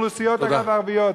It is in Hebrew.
אוכלוסיות ערביות.